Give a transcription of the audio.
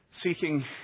seeking